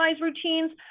routines